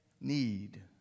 need